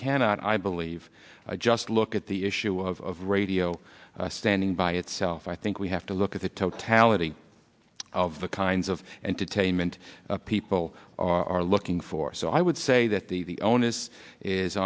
cannot i believe just look at the issue of radio standing by itself i think we have to look at the totality of the kinds of entertainment people are looking for so i would say that the onus is